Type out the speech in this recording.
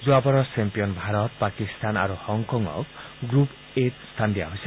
যোৱাবাৰৰ চেম্পিয়ন ভাৰত পাকিস্তান আৰু হংকঙক গ্ৰুপ এত স্থান দিয়া হৈছে